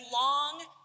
long